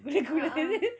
a'ah